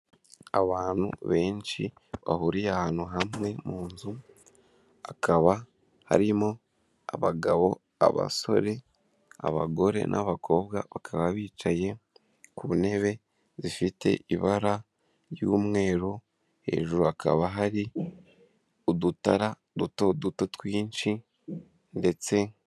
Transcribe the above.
Abantu benshi bahuriye ahantu hamwe mu nzu hakaba harimo abagabo, abasore, abagore n'abakobwa bakaba bicaye ku ntebe zifite ibara ry'umweru, hejuru hakaba hari udutara duto duto twinshi ndetse.